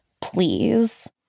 please